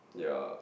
ya